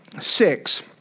six